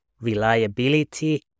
reliability